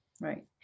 Right